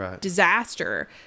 disaster